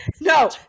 No